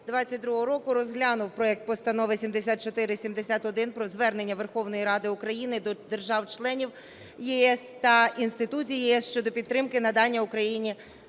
2022 року розглянув проект Постанови (7471) про Звернення Верховної Ради України до держав-членів ЄС та інституцій ЄС щодо підтримки надання Україні